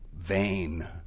vain